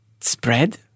spread